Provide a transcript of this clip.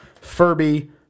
Furby